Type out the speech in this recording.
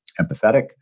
empathetic